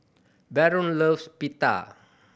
Baron loves Pita